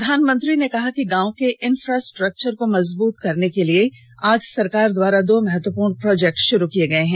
प्रधानमंत्री ने कहा गांव के इफ्रास्ट्रक्वर को मजबूत करने के लिए आज सरकार द्वारा दो महत्वपूर्ण प्रोजेक्ट शुरू किए गए हैं